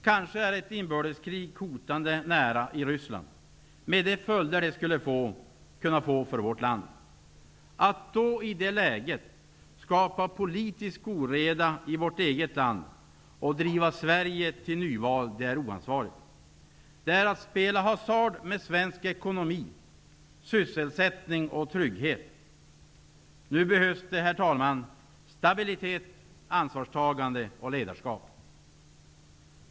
Kanske är ett inbördeskrig hotande nära i Ryssland, med de följder detta skulle kunna få för vårt land. Att i det läget skapa politisk oreda i vårt eget land och driva Sverige till ett nyval är oansvarigt. Det är att spela hasard med svensk ekonomi, sysselsättning och trygghet. Nu behövs det stabilitet, ansvarstagande och ledarskap.